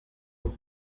ubu